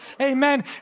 amen